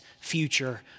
future